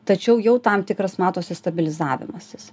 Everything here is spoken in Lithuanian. tačiau jau tam tikras matosi stabilizavimasis